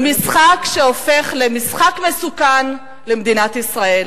הוא משחק שהופך למשחק מסוכן למדינת ישראל.